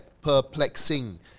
perplexing